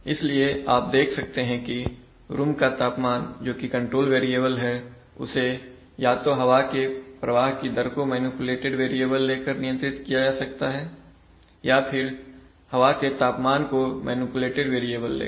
इसलिए आप देख सकते हैं कि रूम का तापमान जोकि कंट्रोल वेरिएबल है उसे या तो हवा के प्रवाह दर को मैनिपुलेटेड वेरिएबल लेकर नियंत्रित किया जा सकता है या फिर हवा के तापमान को मैनिपुलेटेड वेरिएबल लेकर